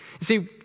see